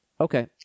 Okay